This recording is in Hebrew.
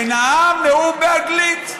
ונאם נאום באנגלית.